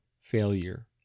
failure